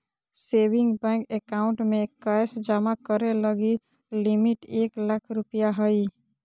saving bank account में cash जमा करे लगी लिमिट एक लाख रु हइ